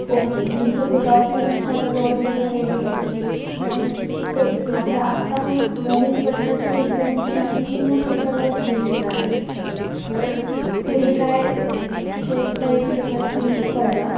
okay मी सगळे documents माझ्याजवळ सगळे रेडी आहेत पण तेच माझं आत्ता पण नवीन पत्ता चेंज करून पण अजून जुन्या पत्त्यावरच बिल्स जातायत तर पुढे काय करता येईल ते मला प्लीज कळवा